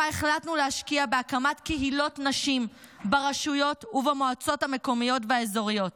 החלטנו להשקיע בהקמת קהילות נשים ברשויות ובמועצות המקומיות והאזוריות,